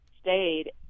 stayed